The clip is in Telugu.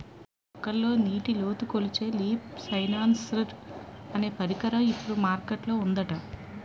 మొక్కల్లో నీటిలోటు కొలిచే లీఫ్ సెన్సార్ అనే పరికరం ఇప్పుడు మార్కెట్ లో ఉందట